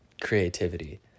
creativity